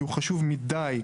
כי הוא חשוב מידי,